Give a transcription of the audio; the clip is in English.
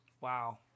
Wow